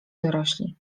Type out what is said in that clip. dorośli